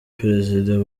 perezida